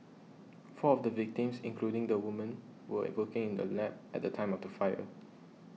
four of the victims including the woman were working in the lab at the time of the fire